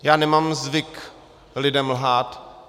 Já nemám zvyk lidem lhát.